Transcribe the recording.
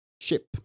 ship